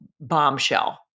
bombshell